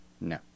No